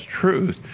truth